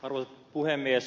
arvoisa puhemies